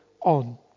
on